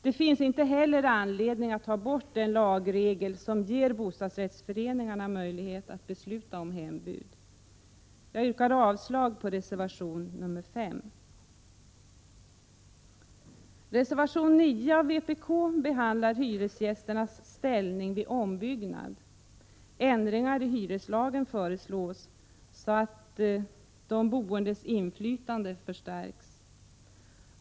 Det finns inte heller anledning att ta bort den lagregel som ger bostadsrättsföreningarna möjlighet att besluta om hembud. Jag yrkar avslag på reservation 5. Reservation 9 från vpk behandlar hyresgästernas ställning vid ombyggnad. Ändringar i hyreslagen föreslås, så att de boendes inflytande förstärks.